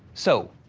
so,